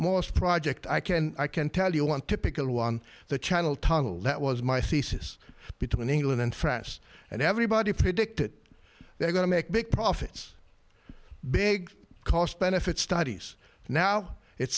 most project i can i can tell you want to pick a lot on the channel tunnel that was my thesis between england and france and everybody predicted they're going to make big profits big cost benefit studies now it's